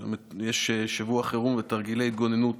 יש שבוע חירום ותרגילי התגוננות